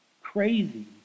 crazy